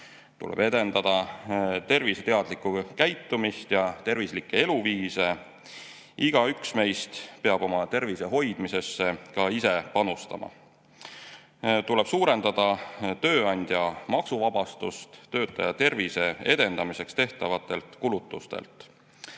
Tuleb edendada terviseteadlikku käitumist ja tervislikku eluviisi. Igaüks meist peab oma tervise hoidmisesse ka ise panustama. Samas tuleb suurendada tööandja maksuvabastust töötaja tervise edendamiseks tehtavatelt kulutustelt.